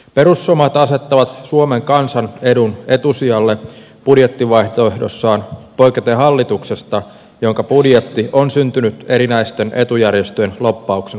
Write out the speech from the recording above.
perussuomalaiset asettavat suomen kansan edun etusijalle budjettivaihtoehdossaan poiketen hallituksesta jonka budjetti on syntynyt erinäisten etujärjestöjen lobbauksen vaikutuksesta